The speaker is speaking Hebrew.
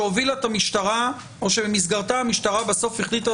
שהובילה את המשטרה או שבמסגרתה המשטרה בסוף החליטה,